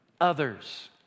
others